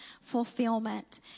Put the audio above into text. fulfillment